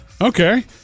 Okay